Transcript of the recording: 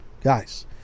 Guys